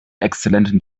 exzellentem